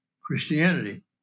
Christianity